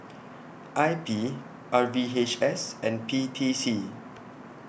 I P R V H S and P T C